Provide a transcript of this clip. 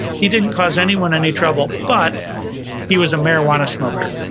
he didn't cause anyone any trouble, but he was a marijuana smoker.